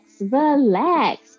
relax